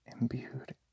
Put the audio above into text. imbued